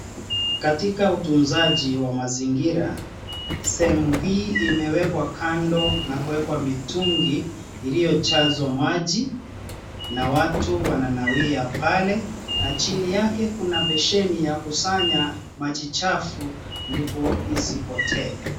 Kataika utunzaji wa mazingira sehemu hii imewekwa kando na kuwekwa mitungi iliyojazwa maji na watu wananawia pale na chini yake kuna beseni ya kusanya maji chafu ndipo isipotee.